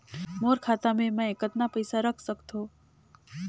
मोर खाता मे मै कतना पइसा रख सख्तो?